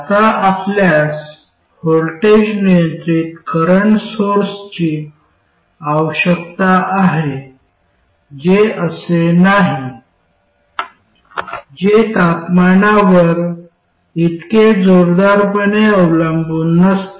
आता आपल्यास व्होल्टेज नियंत्रित करंट सोर्सची आवश्यकता आहे जे असे नाही जे तपमानावर इतके जोरदारपणे अवलंबून नसते